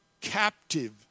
captive